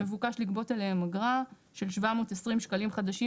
מבוקש לגבות עליהם אגרה של 720 שקלים חדשים.